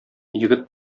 егет